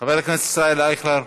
חבר הכנסת ישראל אייכלר,